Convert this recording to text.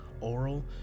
oral